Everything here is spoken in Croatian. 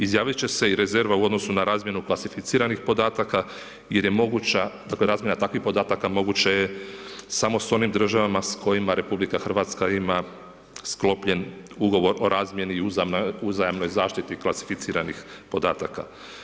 Izjavit će se i rezerva u odnosu na razmjenu klasificiranih podataka jer je moguća dakle, razmjena takvih podataka moguće je samo s onim državama s kojima RH ima sklopljen Ugovor o razmjeni i uzajamnoj zaštiti klasificiranih podataka.